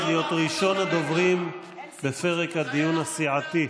להיות ראשון הדוברים בפרק הדיון הסיעתי.